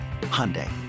Hyundai